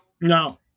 No